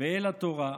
ואל התורה.